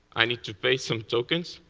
i need to pay some tokens,